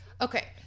Okay